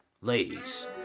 Ladies